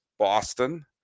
Boston